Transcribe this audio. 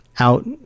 out